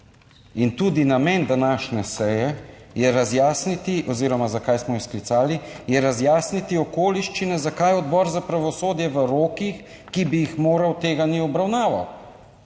In tudi namen današnje seje je razjasniti oziroma zakaj smo jo sklicali, je razjasniti okoliščine, zakaj Odbor za pravosodje v rokih, ki bi jih moral, tega ni obravnaval.